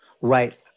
right